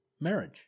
marriage